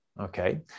okay